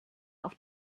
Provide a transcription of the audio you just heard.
auf